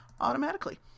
automatically